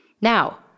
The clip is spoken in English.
Now